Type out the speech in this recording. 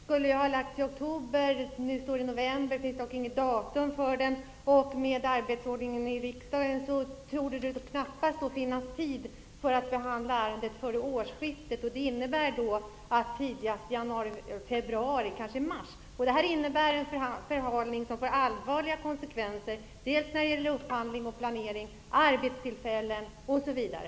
Fru talman! Propositionen skulle ha lagts fram i oktober. Nu är vi i november månad, och det finns inget fastställt datum. Med arbetsordningen i riksdagen torde det knappast finnas tid för att behandla den före årsskiftet. Detta innebär att riksdagen tidigast kan fatta beslut i januari, februari eller kanske mars. Det är en förhalning som får allvarliga konsekvenser när det gäller upphandling och planering, arbetstillfällen, osv.